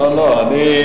לא, לא.